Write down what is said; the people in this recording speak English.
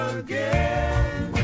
again